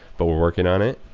but we're working on it.